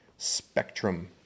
Spectrum